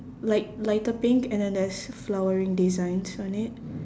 like lighter pink and then there's flowering designs on it